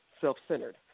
self-centered